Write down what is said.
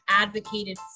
advocated